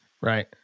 right